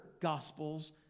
gospels